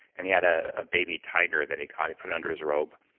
and he had a ah baby tiger that he caught. he put under his robe.